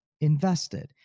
invested